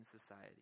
society